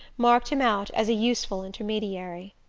marked him out as a useful intermediary.